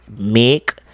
make